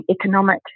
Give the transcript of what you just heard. economic